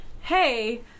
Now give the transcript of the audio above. hey